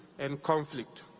and conflict.